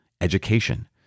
education